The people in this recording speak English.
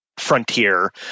Frontier